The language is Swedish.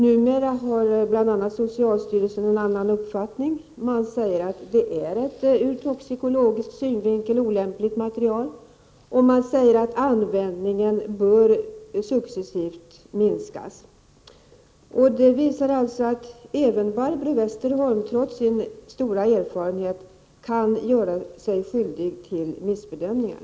Numera har bl.a. socialstyrelsen en annan uppfattning; man säger att det är ett ur toxikologisk synvinkel olämpligt material, och man säger att användningen successivt bör minskas. Det visar att även Barbro Westerholm trots sin stora erfarenhet kan göra sig skyldig till missbedömningar.